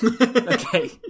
Okay